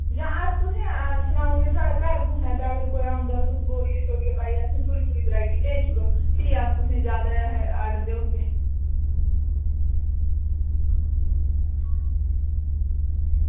जां अस तुसेंगी सनाई ओड़ने आं की थुआढ़ा घर कुत्थें ते कोई बोरिया पाई थोह्ड़ी थोह्ड़ी वैराइटी असेंगी भेजी ओड़ो भी अस तुसेंगी जादै ऑर्डर देई ओड़गे